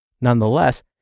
Nonetheless